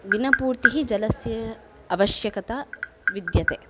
दिनपूर्तिः जलस्य आवश्यकता विद्यते